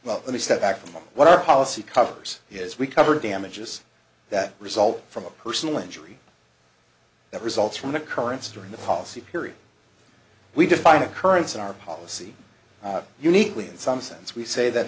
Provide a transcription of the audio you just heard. well let me step back from what our policy covers is we cover damages that result from a personal injury that results from an occurrence during the policy period we define occurrence in our policy uniquely in some sense we say that